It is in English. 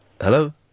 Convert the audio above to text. Hello